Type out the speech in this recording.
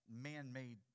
man-made